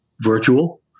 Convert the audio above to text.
virtual